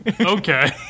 okay